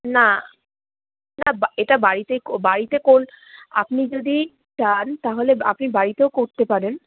না না বা এটা বাড়িতেই বাড়িতে করতে আপনি যদি চান তাহলে আপনি বাড়িতেও করতে পারেন